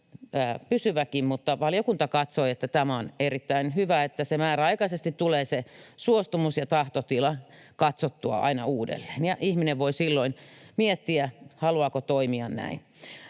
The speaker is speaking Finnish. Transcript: mutta valiokunta katsoi, että on erittäin hyvä, että suostumus ja tahtotila määräaikaisesti tulee katsottua aina uudelleen ja ihminen voi silloin miettiä, haluaako toimia näin.